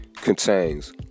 contains